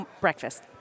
breakfast